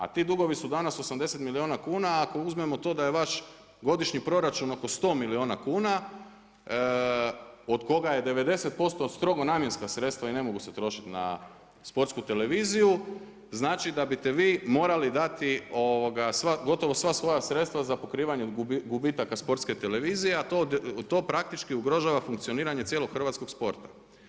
A ti dugovi su danas 80 milijuna kuna, ako uzmemo to da je vaš godišnji proračun oko 100 milijuna kuna od koga je 90% strogo namjenska sredstva i ne mogu se trošiti na Sportsku televiziju znači da biste vi morali dati gotovo sva svoja sredstva za pokrivanje gubitaka Sportske televizije a to praktički ugrožava funkcioniranje cijelog hrvatskog sporta.